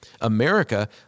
America